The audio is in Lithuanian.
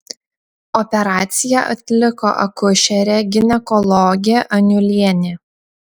operaciją atliko akušerė ginekologė aniulienė